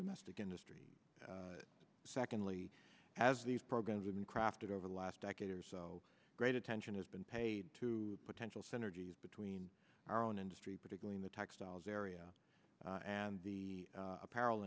domestic industry secondly as these programs have been crafted over the last decade or so great attention has been paid to potential synergies between our own industry particularly in the textiles area and the apparel